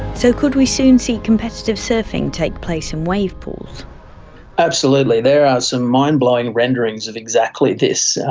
so, could we soon see competitive surfing taking place in wave pools absolutely. there are some mind blowing renderings of exactly this.